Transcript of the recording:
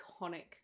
iconic